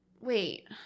wait